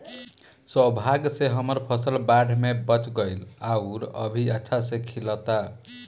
सौभाग्य से हमर फसल बाढ़ में बच गइल आउर अभी अच्छा से खिलता